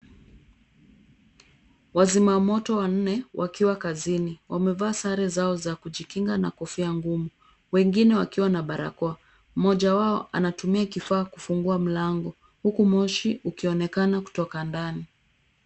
Wazima moto wanne wakiwa kazini wamevaa sare zao za kujikinga na kofia ngumu wengine wakiwa na barakoa. Mmoja wao anatumia kifaa kufungua mlango huku moshi ukionekana kutoka ndani.